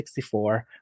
64